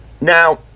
Now